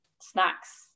snacks